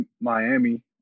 Miami